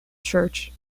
church